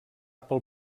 pel